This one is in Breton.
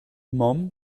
mamm